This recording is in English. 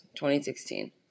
2016